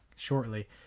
shortly